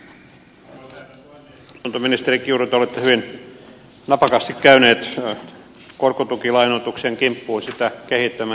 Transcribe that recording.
asuntoministeri kiuru te olette hyvin napakasti käynyt korkotukilainoituksen kimppuun sitä kehittämään